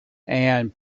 and